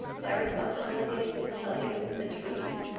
my responsibility is to tell you the truth.